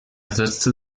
setzte